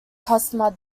customer